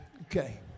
Okay